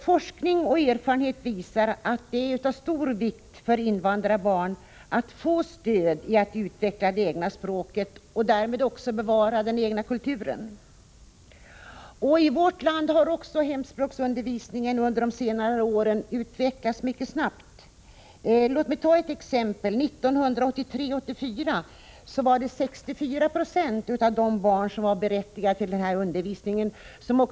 Forskning och erfarenhet visar att det är av stor vikt för invandrarbarn att få stöd att utveckla det egna språket och därmed också förutsättning att bevara den egna kulturen. I vårt land har hemspråksundervisningen under senare år utvecklats mycket snabbt. Låt mig ge några exempel. 1983/84 deltog 60 96 av de barn som var berättigade till detta i hemspråksundervisningen.